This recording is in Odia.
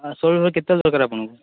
ଷୋହଳ ଫେବୃୟାରୀ କେତେବେଳେ ଦର୍କାର୍ ଆପଣଙ୍କୁ